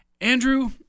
Andrew